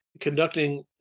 conducting